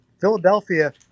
Philadelphia